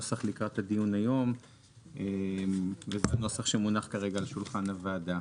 נוסח לקראת הדיון היום וזה הנוסח שמונח כרגע על שולחן הוועדה.